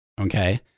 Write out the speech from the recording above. Okay